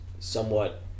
somewhat